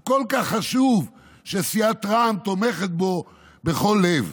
הוא כל כך חשוב, שסיעת רע"מ תומכת בו בכל לב.